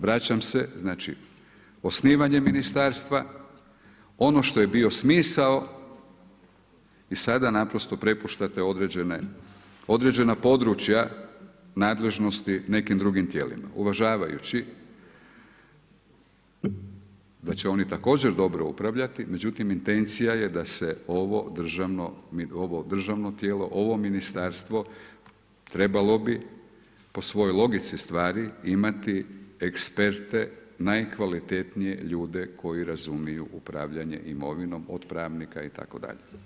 Vraćam se znači osnivanjem ministarstva, ono što je bio smisao i sada naprosto prepuštate određena područja nadležnosti nekim drugim tijelima, uvažavajući da će oni također dobro upravljati, međutim intencija je da se ovo državno tijelo, ovo ministarstvo trebalo bi po svojoj logici stvari imati eksperte najkvalitetnije ljude koji razumiju upravljanje imovinom od pravnika itd.